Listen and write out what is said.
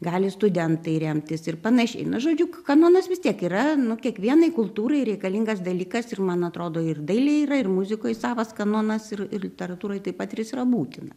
gali studentai remtis ir panašiai na žodžiu kanonas vis tiek yra nu kiekvienai kultūrai reikalingas dalykas ir man atrodo ir dailėj yra ir muzikoj savas kanonas ir ir literatūroj taip pat ir jis yra būtinas